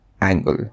angle